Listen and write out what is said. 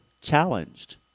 challenged